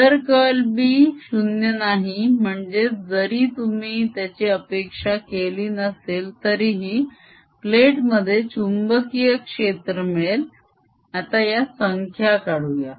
जर curl B 0 नाही म्हणजेच जरी तुम्ही त्याची अपेक्षा केली नसेल तरीही प्लेट मध्ये चुंबकीय क्षेत्र मिळेल आता या संख्या काढूया